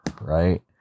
right